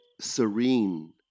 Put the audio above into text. serene